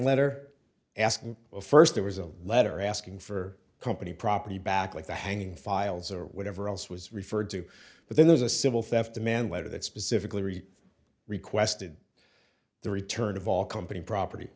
letter asking first it was a letter asking for company property back like the hanging files or whatever else was referred to but then there's a civil theft demand letter that specifically read requested the return of all company property